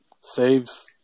Saves